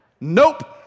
Nope